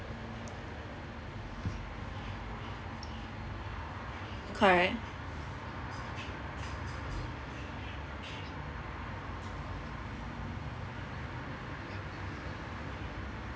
correct